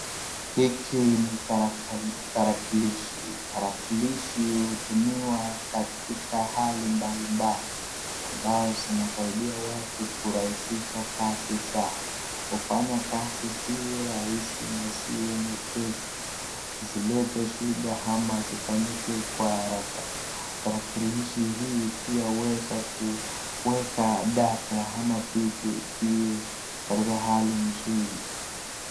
Hiki ni tarakilishi. Tarakkilishi hii hutumiwa katika hali mbali mbali ambao zinasaidia watu kurahihisha kazi zao. Hufanya kazi ziwe rahisi na ziwe nyepesi isilete shida ama isifanyike kwa haraka. Tarakilishi hii pia huweza kuweka data ama vitu viwe katika hali nzuri.